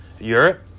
Europe